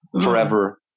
forever